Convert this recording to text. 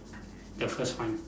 the first one